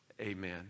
amen